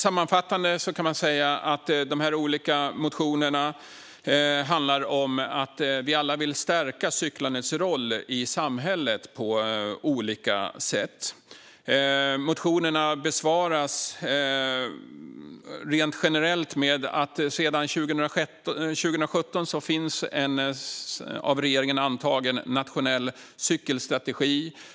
Sammanfattningsvis kan man säga att dessa olika motioner handlar om att vi alla vill stärka cyklandets roll i samhället på olika sätt. Motionerna besvaras generellt med att det sedan 2017 finns en av regeringen antagen nationell cykelstrategi.